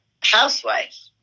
housewife